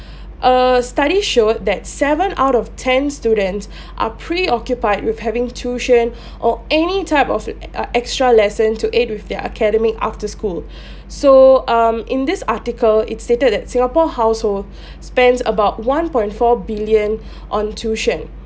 a study showed that seven out of ten students are preoccupied with having tuition or any type of e~ uh extra lesson to aid with their academic after school so um in this article it stated at singapore household spends about one point four billion on tuition